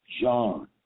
John